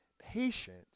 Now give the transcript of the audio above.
Patience